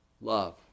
love